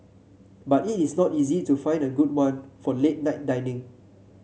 but it is not easy to find a good one for late night dining